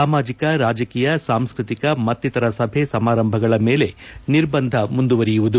ಸಾಮಾಜಿಕ ರಾಜಕೀಯ ಸಾಂಸ್ನತಿಕ ಮತ್ತಿತರ ಸಭೆ ಸಮಾರಂಭಗಳ ಮೇಲೆ ನಿರ್ಬಂಧ ಮುಂದುವರೆಯುವುದು